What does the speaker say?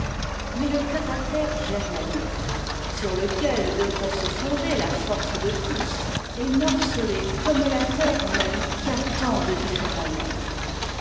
mais le caractère germanique sur lequel devrait se fonder la force de tous est morcelé comme ta terre même qui a tant de différents maitres